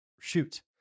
shoot